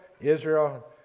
Israel